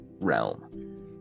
realm